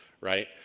right